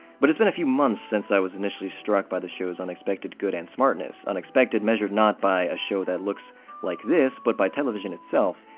but it's been a few months since i was initially struck by the show's unexpected good and smartness, unexpected measured not by a show that looks like this but by television itself,